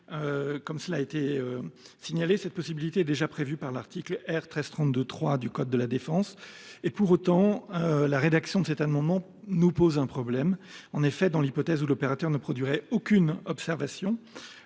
observations. Cette possibilité est déjà prévue par l’article R. 1332 3 du code de la défense. Néanmoins, la rédaction de cet amendement nous pose problème. En effet, dans l’hypothèse où l’opérateur ne produirait aucune observation,